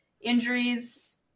injuries